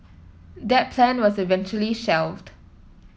that plan was eventually shelved